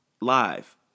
live